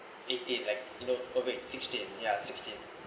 eighteen like you know oh wait sixteen ya sixteen